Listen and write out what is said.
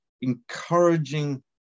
encouraging